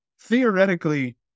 theoretically